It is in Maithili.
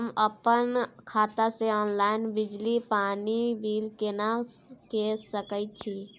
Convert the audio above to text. हम अपन खाता से ऑनलाइन बिजली पानी बिल केना के सकै छी?